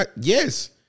Yes